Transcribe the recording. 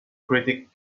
critic